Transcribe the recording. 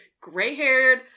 gray-haired